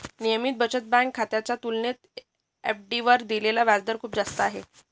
नियमित बचत बँक खात्याच्या तुलनेत एफ.डी वर दिलेला व्याजदर खूप जास्त आहे